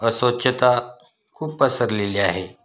अस्वच्छता खूप पसरलेली आहे